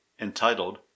entitled